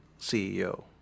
CEO